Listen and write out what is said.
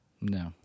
no